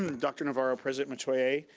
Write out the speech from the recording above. dr. navarro, president metoyer.